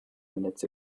minutes